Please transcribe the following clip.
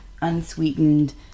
unsweetened